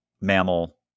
mammal